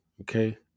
okay